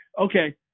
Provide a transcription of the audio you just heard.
okay